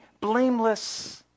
blameless